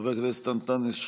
חבר הכנסת אנטאנס שחאדה,